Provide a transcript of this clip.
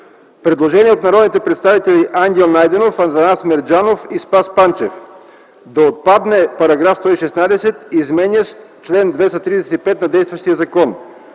предложение от народните представители Ангел Найденов, Атанас Мерджанов и Спас Панчев – да отпадне § 116, изменящ чл. 235 на действащия закон.